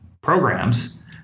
programs